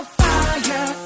fire